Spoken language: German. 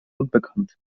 unbekannt